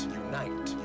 unite